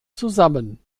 zusammen